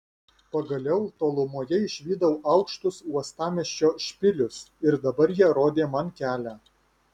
pagaliau tolumoje išvydau aukštus uostamiesčio špilius ir dabar jie rodė man kelią